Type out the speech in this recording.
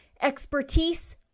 expertise